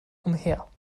umher